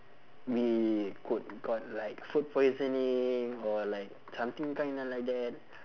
we could got like food poisoning or like something kinda like that